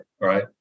right